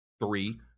three